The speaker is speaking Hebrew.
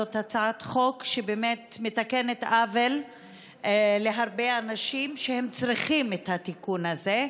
זאת הצעת חוק שבאמת מתקנת עוול להרבה אנשים שצריכים את התיקון הזה,